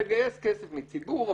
תגייס כסף מציבור,